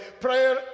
Prayer